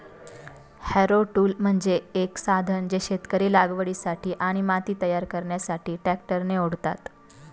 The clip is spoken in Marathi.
हॅरो टूल म्हणजे एक साधन जे शेतकरी लागवडीसाठी आणि माती तयार करण्यासाठी ट्रॅक्टरने ओढतात